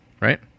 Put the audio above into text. right